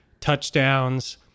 touchdowns